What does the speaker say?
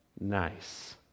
nice